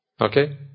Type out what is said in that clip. okay